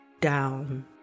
down